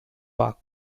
park